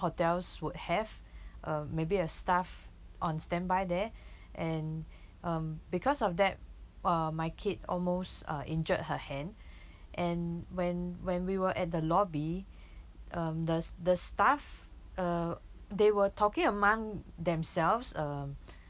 hotels would have uh maybe a staff on standby there and um because of that uh my kid almost uh injured her hand and when when we were at the lobby um the the staff uh they were talking among themselves uh